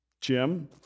Jim